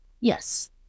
Yes